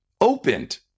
opened